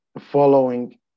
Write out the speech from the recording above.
following